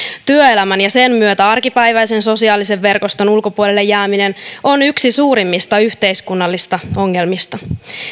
työelämän ja sen myötä arkipäiväisen sosiaalisen verkoston ulkopuolelle jääminen on yksi suurimmista yhteiskunnallisista ongelmista